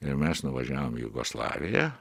ir mes nuvažiavom į jugoslaviją